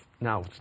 now